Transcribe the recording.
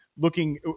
Looking